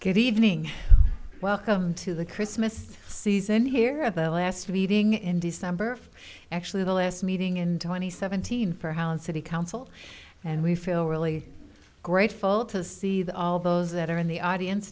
good evening welcome to the christmas season here at the last meeting in december actually the last meeting in twenty seventeen for house and city council and we feel really grateful to see that all those that are in the audience